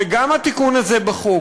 וגם התיקון הזה בחוק,